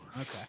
Okay